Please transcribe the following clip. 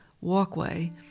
walkway